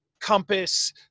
compass